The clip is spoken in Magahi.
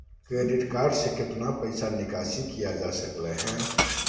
क्रेडिट कार्ड से कितना पैसा निकासी किया जा सकता है?